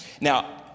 Now